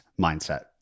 mindset